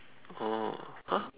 oh !huh!